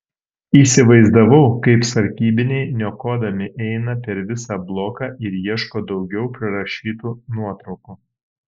įsivaizdavau kaip sargybiniai niokodami eina per visą bloką ir ieško daugiau prirašytų nuotraukų